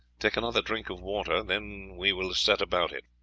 take another drink of water then we will set about it.